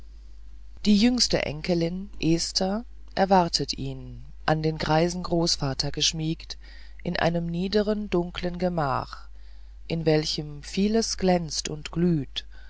die jüngste enkelin esther erwartet ihn an den greisen großvater geschmiegt in einem niederen dunklen gemach in welchem vieles glänzt und glüht